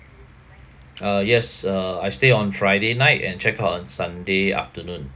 uh yes uh I stay on friday night and check out on sunday afternoon